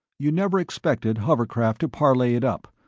you never expected hovercraft to parlay it up,